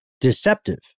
deceptive